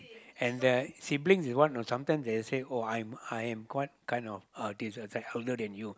and uh siblings is one know sometimes they say oh I I am what kind of uh this like I'm older than you